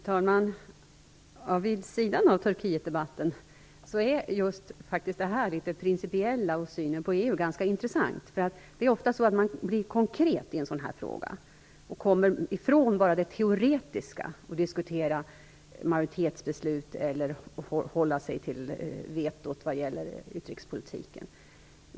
Fru talman! Vid sidan av Turkietdebatten är just den principiella synen på EU intressant. Man blir ofta konkret i en sådan fråga och kommer ifrån teoretiska diskussioner om ifall man skall fatta majoritetsbeslut eller om huruvida man skall hålla sig till vetot vad gäller utrikespolitiken.